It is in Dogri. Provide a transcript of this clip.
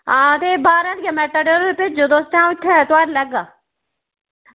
ते बारां आह्लियां मेटाडोरां च भेजो ते अंऊ इत्थें तुआरी लैगा